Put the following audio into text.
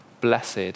Blessed